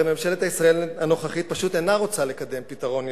הרי ממשלת ישראל הנוכחית פשוט אינה רוצה לקדם פתרון ישים,